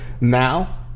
Now